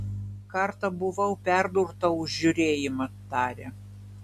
kartą buvau perdurta už žiūrėjimą tarė